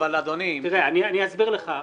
אני אסביר לך,